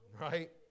right